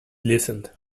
listened